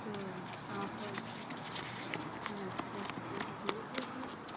तो आप